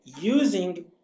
using